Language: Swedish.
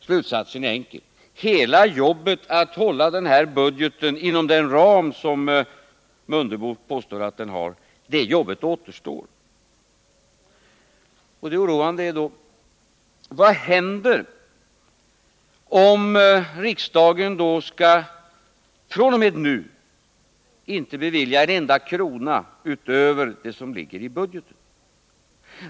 Slutsatsen är enkel att dra: Man har kvar hela jobbet med att hålla den här budgeten inom den ram som herr Mundebo vill ange. Man kan då oroligt fråga sig: Vad händer om riksdagen fr.o.m. nu inte beviljar en enda krona utöver vad som anges i budgeten?